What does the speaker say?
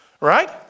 right